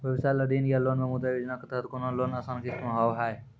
व्यवसाय ला ऋण या लोन मे मुद्रा योजना के तहत कोनो लोन आसान किस्त मे हाव हाय?